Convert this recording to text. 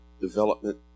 development